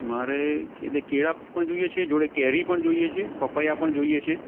મારે કે કેળાં પણ જોઈએ છે જોડે કેરી પણ જોઈએ છે પપૈયાં પણ જોઈએ છે